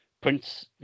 Prince